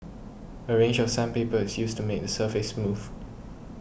a range of sandpaper is used to make the surface smooth